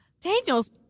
Daniel's